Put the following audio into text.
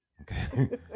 okay